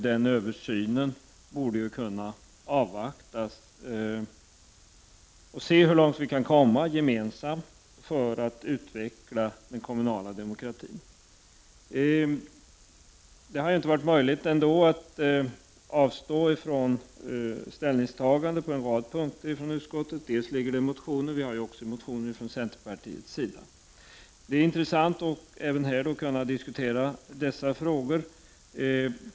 Den översynen borde vi kunna avvakta och se hur långt vi kan komma gemensamt för att utveckla den kommunala demokratin. Det har i utskottet ändå inte varit möjligt att avstå från ställningstaganden på en rad punkter, eftersom det föreligger motioner — vi har också motioner från centern. Det är intressant att även här kunna diskutera dessa frågor.